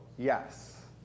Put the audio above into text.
Yes